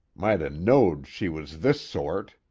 might ha' knowed she was this sort